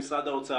לנציג משרד האוצר.